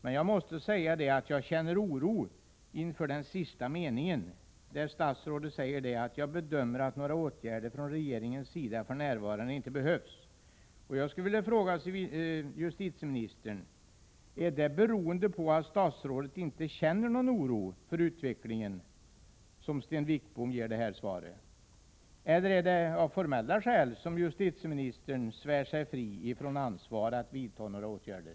Men jag måste säga att jag känner oro inför den sista meningen i hans svar: ”Jag bedömer att några åtgärder från regeringens sida för närvarande inte behövs.” Jag skulle vilja fråga justitieministern: Beror detta svar på att statsrådet inte känner någon oro för utvecklingen? Eller är det av formella skäl som justitieministern svär sig fri från ansvaret att vidta några åtgärder?